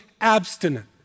abstinent